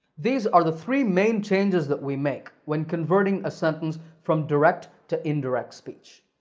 these are the three main changes that we make when converting a sentence from direct to indirect speech.